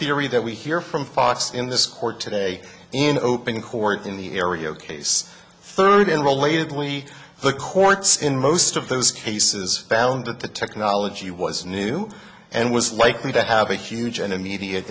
theory that we hear from fox in this court today in open court in the area of case third in relatedly the courts in most of those cases found that the technology was new and was likely to have a huge and immediate